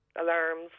alarms